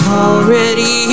already